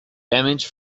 damage